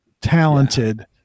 talented